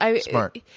smart